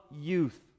youth